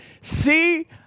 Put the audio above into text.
See